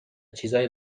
چیزایی